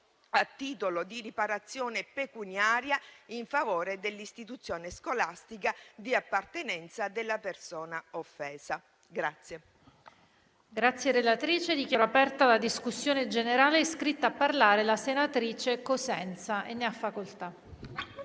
a titolo di riparazione pecuniaria in favore dell'istituzione scolastica di appartenenza della persona offesa.